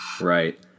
right